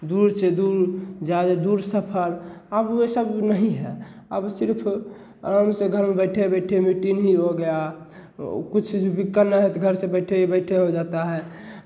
दूर से दूर दूर सफ़र अब ये सब नहीं है अब सिर्फ़ आराम से घर में बैठे बैठे मीटिन ही हो गया कुछ भी करना है तो घर से बैठे बैठे ही हो जाता है